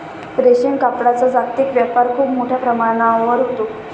रेशीम कापडाचा जागतिक व्यापार खूप मोठ्या प्रमाणावर होतो